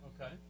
Okay